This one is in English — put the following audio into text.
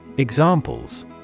Examples